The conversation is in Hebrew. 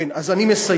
כן, אז אני מסיים.